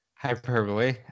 hyperbole